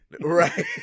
Right